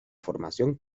formación